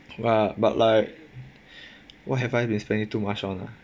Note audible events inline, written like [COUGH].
but but like [BREATH] what have I been spending too much on ah